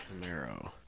Camaro